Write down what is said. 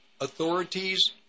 authorities